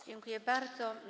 Dziękuję bardzo.